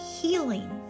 healing